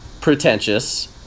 pretentious